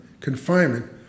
confinement